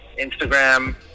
instagram